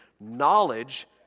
knowledge